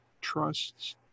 trusts